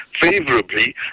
favorably